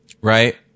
right